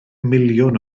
miliwn